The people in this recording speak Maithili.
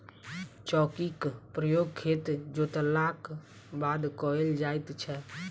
चौकीक प्रयोग खेत जोतलाक बाद कयल जाइत छै